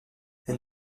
elle